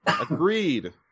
Agreed